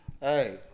Hey